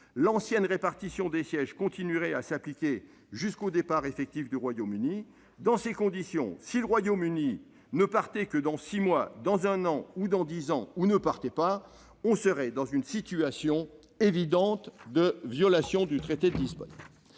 l'ancienne répartition des sièges continuerait à s'appliquer jusqu'au départ effectif du Royaume-Uni. Dans ces conditions, si le Royaume-Uni partait dans six mois, dans un an ou dans dix ans, » voire ne partait pas, « on serait dans une situation évidente de violation du traité de Lisbonne